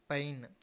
pine